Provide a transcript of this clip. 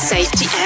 Safety